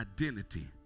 identity